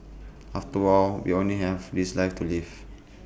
after all we only have this life to live